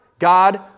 God